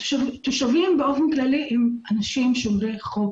התושבים באופן כללי הם אנשים שומרי חוק.